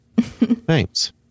Thanks